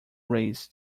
race